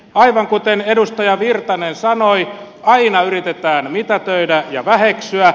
aivan kuten edustaja virtanen sanoi aina yritetään mitätöidä ja väheksyä